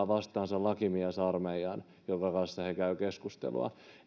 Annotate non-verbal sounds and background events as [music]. [unintelligible] vastaansa lakimiesarmeijan jonka kanssa he käyvät keskustelua